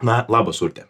na labas urte